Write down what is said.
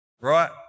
Right